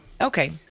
Okay